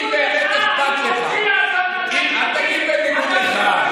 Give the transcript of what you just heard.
אני חופשי לעשות מה, אל תגיד לי: בניגוד לך.